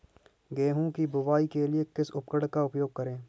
गेहूँ की बुवाई के लिए किस उपकरण का उपयोग करें?